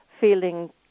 feeling